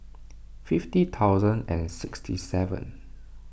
fifty thousand and sixty seven